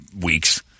weeks